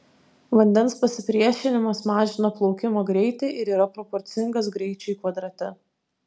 vandens pasipriešinimas mažina plaukimo greitį ir yra proporcingas greičiui kvadrate